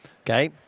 Okay